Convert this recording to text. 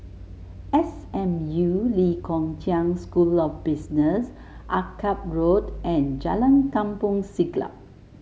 S M U Lee Kong Chian School of Business Akyab Road and Jalan Kampong Siglap